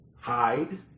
hide